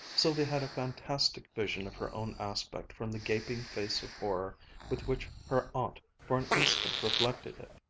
sylvia had a fantastic vision of her own aspect from the gaping face of horror with which her aunt for an instant reflected it.